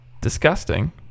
disgusting